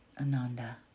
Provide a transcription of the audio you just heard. ananda